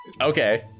Okay